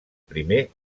primer